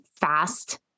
fast